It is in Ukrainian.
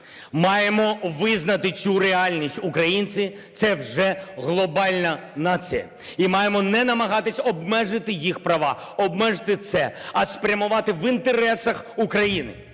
маємо визнати цю реальність. Українці – це вже глобальна нація. І маємо не намагатись обмежити їх права, обмежити це, а спрямувати в інтересах України.